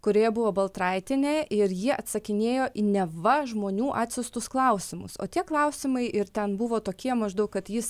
kurioje buvo baltraitienė ir ji atsakinėjo į neva žmonių atsiųstus klausimus o tie klausimai ir ten buvo tokie maždaug kad jis